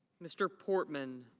mr. portman.